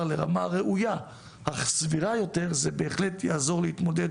לרמה ראויה אך סבירה יותר זה בהחלט יעזור להתמודד